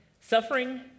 suffering